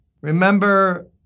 Remember